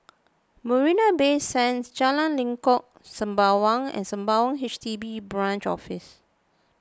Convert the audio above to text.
Marina Bay Sands Jalan Lengkok Sembawang and Sembawang H D B Branch Office